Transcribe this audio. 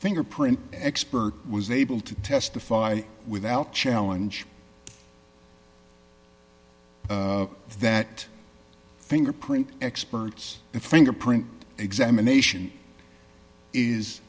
fingerprint expert was able to testify without challenge that fingerprint experts and fingerprint examination is